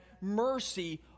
mercy